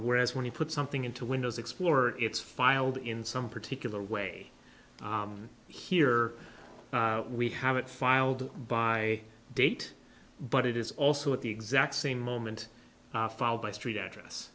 whereas when you put something into windows explorer it's filed in some particular way here we have it filed by date but it is also at the exact same moment by street address